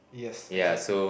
yes exactly